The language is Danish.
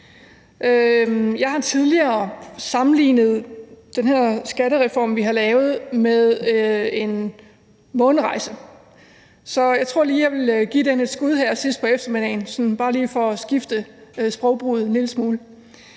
Jeg har tidligere sammenlignet den her skattereform, vi har lavet, med en månerejse. Så jeg tror lige, at jeg vil give den et skud her sidst på eftermiddagen bare for at skifte sprogbrug en lille smule.